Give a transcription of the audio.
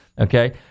okay